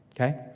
Okay